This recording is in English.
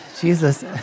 Jesus